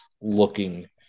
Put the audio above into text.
looking